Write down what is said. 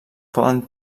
poden